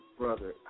brother